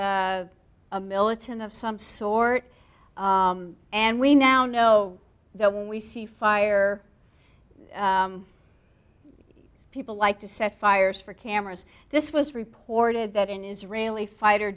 a militant of some sort and we now know that when we see fire people like to set fires for cameras this was reported that an israeli fighter